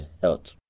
health